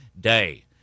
Day